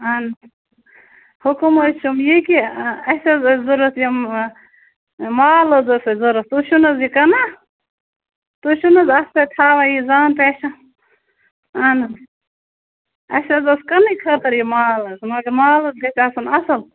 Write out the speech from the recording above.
حُکُم حظ چھُم یی کہِ اَسہِ حظ ٲس ضوٚرَتھ یِمہٕ مال حظ اوس اَسہِ ضوٚرَتھ تُہۍ چھُو نہٕ حظ یہِ کٕنان تُہۍ چھُو نہٕ حظ اَتھ پٮ۪ٹھ تھاوان یہِ زان پہچان اہن حظ اَسہِ حظ اوس کٕنٛنہٕ خٲطرٕ یہِ مال حظ مگر مال حظ گژھِ آسُن اَصٕل